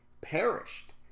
perished